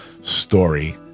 story